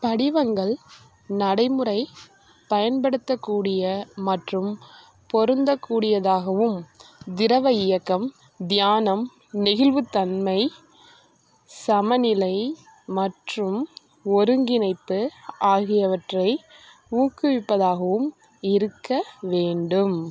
படிவங்கள் நடைமுறை பயன்படுத்தக்கூடிய மற்றும் பொருந்தக்கூடியதாகவும் திரவ இயக்கம் தியானம் நெகிழ்வுத்தன்மை சமநிலை மற்றும் ஒருங்கிணைப்பு ஆகியவற்றை ஊக்குவிப்பதாகவும் இருக்க வேண்டும்